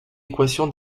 équation